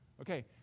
Okay